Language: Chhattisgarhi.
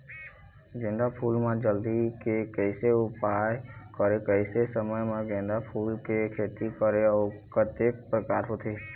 गेंदा फूल मा जल्दी के कैसे उपाय करें कैसे समय मा गेंदा फूल के खेती करें अउ कतेक प्रकार होथे?